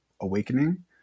awakening